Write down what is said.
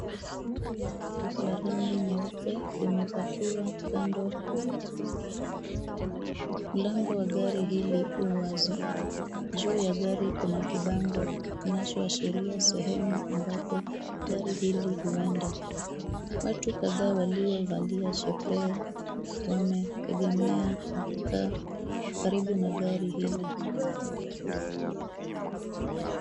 Gari la rangi jeupe limepakiwa kando ya majengo kadhaa, mlango wa gari hili ni wazi, juu ya gari kuna kibango kinachoashiria mahali gari linaenda. Watu kadhaa waliovalia vyepeo wameegemea karibu na gari hili.